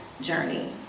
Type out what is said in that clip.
journey